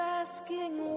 asking